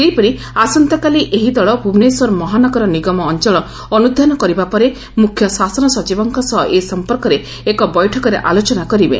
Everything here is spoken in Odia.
ସେହିପରି ଆସନ୍ତାକାଲି ଏହି ଦଳ ଭୁବନେଶ୍ୱର ମହାନଗର ନିଗମ ଅଅଳ ଅନୁଧ୍ୟାନ କରିବା ପରେ ମୁଖ୍ୟଶାସନ ସଚିବଙ୍ଙ ସହ ଏ ସଂପର୍କରେ ଏକ ବୈଠକରେ ଆଲୋଚନା କରିବେ